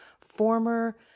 former